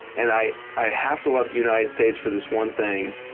and i i have to love the united states for this one thing.